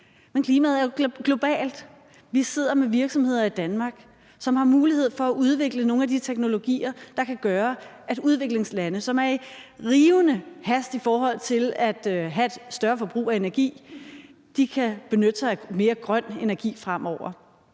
Men klimaet er jo globalt. Vi sidder med virksomheder i Danmark, som har mulighed for at udvikle nogle af de teknologier, der kan gøre, at udviklingslande, som i rivende hast er ved at have et større forbrug af energi, kan benytte sig af mere grøn energi fremover.